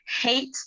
hate